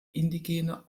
indigene